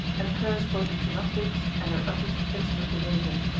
and curse both the tchinovniks and their uppish, insolent behaviour.